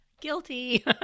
Guilty